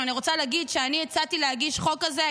אני רוצה להגיד שאני הצעתי להגיש חוק כזה,